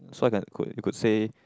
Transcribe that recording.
so I can could you could say